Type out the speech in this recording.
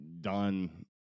done